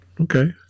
okay